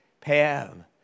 Pam